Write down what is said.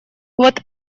вот